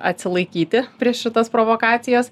atsilaikyti prieš šitas provokacijas